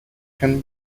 can